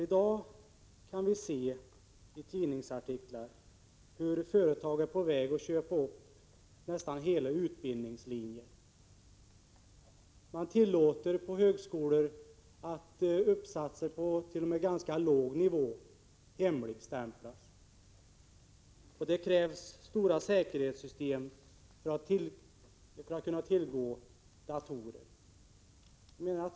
I dag kan vi se i tidningsartiklar hur företag är på väg att köpa upp nästan hela utbildningslinjer. Det tillåts på högskolor att uppsatser på t.o.m. ganska låg nivå hemligstämplas, och det krävs stora säkerhetssystem för att kunna ha tillgång till datorer.